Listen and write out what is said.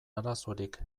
arazorik